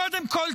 קודם כול,